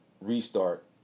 restart